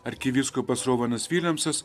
arkivyskupas rovanas viljamsas